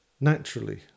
naturally